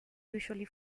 usually